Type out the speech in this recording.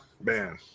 man